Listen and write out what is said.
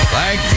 Thank